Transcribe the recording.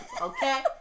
Okay